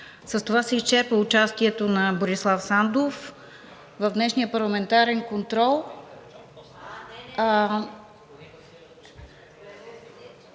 С това се изчерпа участието на Борислав Сандов в днешния парламентарен контрол.